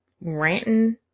ranting